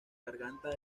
garganta